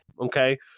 Okay